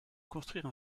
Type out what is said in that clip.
construire